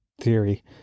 theory